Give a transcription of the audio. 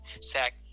Sack